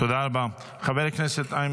תודה רבה, חברת הכנסת.